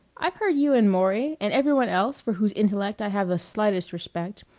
i've heard you and maury, and every one else for whose intellect i have the slightest respect,